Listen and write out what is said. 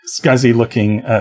scuzzy-looking